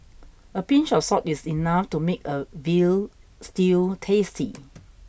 a pinch of salt is enough to make a veal stew tasty